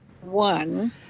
one